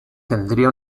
tendría